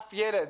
אף ילד,